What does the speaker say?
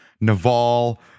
Naval